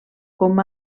com